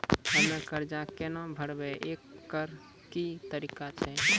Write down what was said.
हम्मय कर्जा केना भरबै, एकरऽ की तरीका छै?